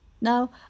Now